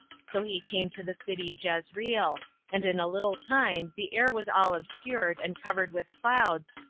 so he came to the city jezreel and in a little time the air was all obscured, and covered with clouds,